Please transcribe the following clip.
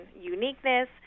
uniqueness